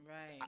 Right